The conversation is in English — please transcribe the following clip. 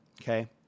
Okay